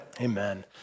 Amen